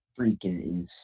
freaking